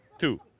Two